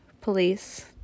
police